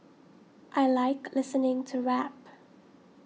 I like listening to rap